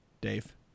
Dave